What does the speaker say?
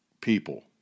people